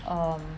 um